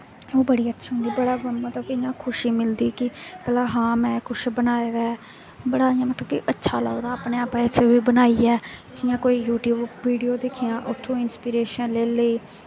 ओह् बड़ी अच्छी होंदा बड़ा मतलब कि इ'यां खुशी मिलदी कि भला हां में कुछ बनाए दा ऐ बड़ा इ'यां मतलब कि अच्छा लगदा अपने आपा च बी बनाइयै जियां कोई यूट्यूब वीडियो दिक्खियां उत्थूं इंसपिरेशन लेई लेई